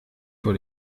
vor